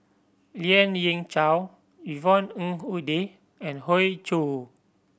Lien Ying Chow Yvonne Ng Uhde and Hoey Choo